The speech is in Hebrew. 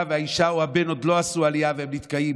והאישה או הבן לא עשו עלייה והם נתקעים.